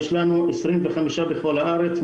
יש לנו 25 בכל הארץ.